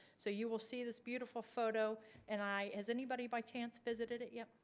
so you will see this beautiful photo and i, has anybody by chance visited it yet?